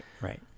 right